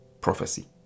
prophecy